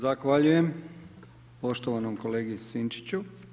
Zahvaljujem poštovanom kolegi Sinčiću.